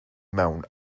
mewn